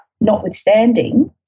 notwithstanding